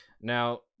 Now